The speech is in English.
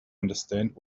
understand